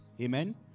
Amen